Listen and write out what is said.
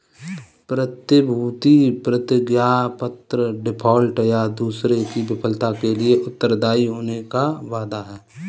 प्रतिभूति प्रतिज्ञापत्र डिफ़ॉल्ट, या दूसरे की विफलता के लिए उत्तरदायी होने का वादा है